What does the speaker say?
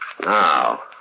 Now